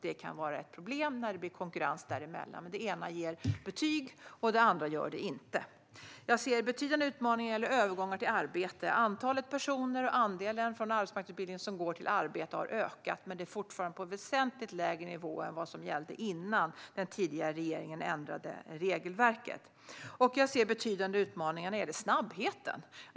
Det kan vara ett problem när det blir konkurrens däremellan och när det ena ger betyg och det andra inte gör det. Jag ser betydande utmaningar när det gäller övergångar till arbete. Antalet och andelen personer som går från arbetsmarknadsutbildning till arbete har ökat, men det är fortfarande på en väsentligt lägre nivå än vad som gällde tidigare, när den tidigare regeringen ändrade regelverket. Jag ser också betydande utmaningar när det gäller snabbheten.